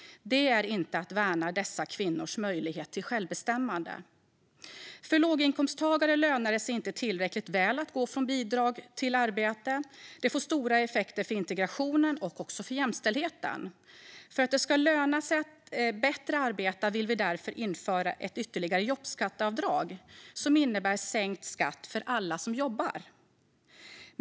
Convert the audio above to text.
Det är inte att värna dessa kvinnors möjlighet till självbestämmande. För låginkomsttagare lönar det sig inte tillräckligt väl att gå från bidrag till arbete. Det får stora effekter för integrationen och också för jämställdheten. För att det ska löna sig bättre att arbeta vill vi därför införa ett ytterligare jobbskatteavdrag, som innebär sänkt skatt för alla som jobbar.